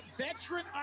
Veteran